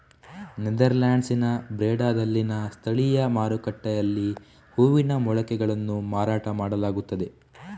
ನೆದರ್ಲ್ಯಾಂಡ್ಸಿನ ಬ್ರೆಡಾದಲ್ಲಿನ ಸ್ಥಳೀಯ ಮಾರುಕಟ್ಟೆಯಲ್ಲಿ ಹೂವಿನ ಮೊಳಕೆಗಳನ್ನು ಮಾರಾಟ ಮಾಡಲಾಗುತ್ತದೆ